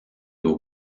aux